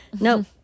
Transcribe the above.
No